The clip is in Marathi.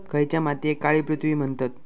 खयच्या मातीयेक काळी पृथ्वी म्हणतत?